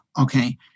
Okay